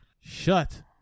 Shut